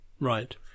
Right